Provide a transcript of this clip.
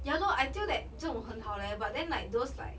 ya loh I feel that 这种很好 leh but then like those like